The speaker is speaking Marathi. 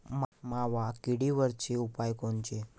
मावा किडीवरचे उपाव कोनचे?